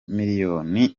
miliyoni